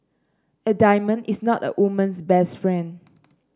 a diamond is not a woman's best friend